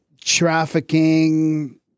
trafficking